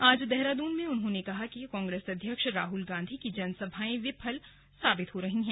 आज देहरादून में उन्होंने कहा कि कांग्रेस अध्यक्ष राहुल गांधी की जनसभाएं विफल साबित हो रही हैं